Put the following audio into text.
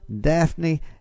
Daphne